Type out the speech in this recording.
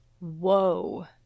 Whoa